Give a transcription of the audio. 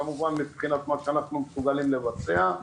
כמובן מבחינת מה שאנחנו יכולים לבצע.